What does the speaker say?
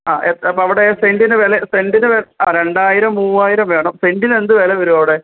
ആ എ അപ്പം അവിടെ സെൻറിന് വില സെൻറിന് ആ രണ്ടായിരം മൂവായിരം വേണം സെൻറിന് എന്ത് വില വരും അവിടെ